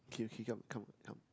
okay okay come come come